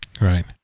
right